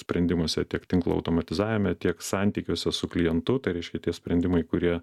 sprendimuose tiek tinklo automatizavime tiek santykiuose su klientu tai reiškia tie sprendimai kurie